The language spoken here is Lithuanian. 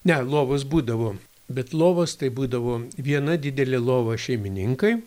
ne lovos būdavo bet lovos tai būdavo viena didelė lova šeimininkai